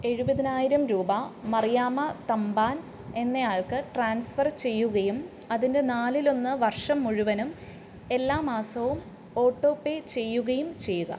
എഴുപതിനായിരം രൂപ മറിയാമ്മ തമ്പാൻ എന്നയാൾക്ക് ട്രാൻസ്ഫർ ചെയ്യുകയും അതിൻ്റെ നാലിലൊന്ന് വർഷം മുഴുവനും എല്ലാ മാസവും ഓട്ടോപേ ചെയ്യുകയും ചെയ്യുക